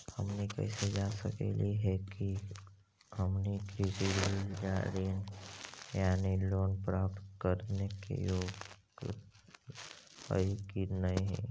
हमनी कैसे जांच सकली हे कि हमनी कृषि ऋण यानी लोन प्राप्त करने के योग्य हई कि नहीं?